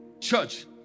Church